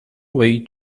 way